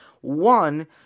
One